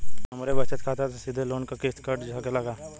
हमरे बचत खाते से सीधे लोन क किस्त कट सकेला का?